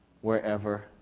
wherever